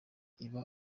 iba